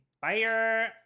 Fire